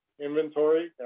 inventory